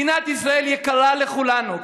מדינת ישראל יקרה לכולנו,